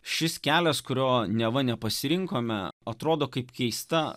šis kelias kurio neva nepasirinkome atrodo kaip keista